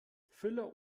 füller